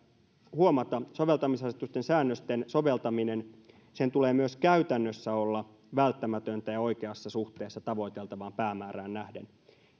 huomata soveltamisasetusten säännösten soveltamisen tulee myös käytännössä olla välttämätöntä ja oikeassa suhteessa tavoiteltavaan päämäärään nähden